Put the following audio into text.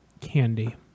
candy